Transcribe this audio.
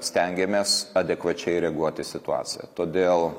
stengiamės adekvačiai reaguot į situaciją todėl